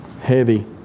Heavy